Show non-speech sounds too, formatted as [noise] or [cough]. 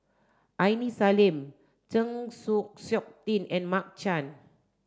Aini Salim Chng [unintelligible] Seok Tin and Mark Chan